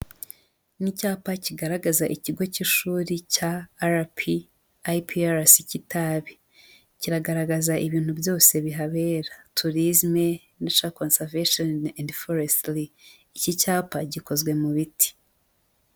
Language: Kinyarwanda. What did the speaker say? Ni icyapa kigaragaza ikigo k'ishuri cya RP, IPRC Kitabi, kiragaragaza ibintu byose bihabera, towrism, nature conseravation and forestry, iki cyapa gikozwe mu biti.